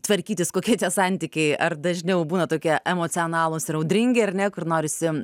tvarkytis kokie tie santykiai ar dažniau būna tokie emocionalūs ir audringi ar ne kur norisi